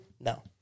No